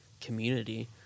community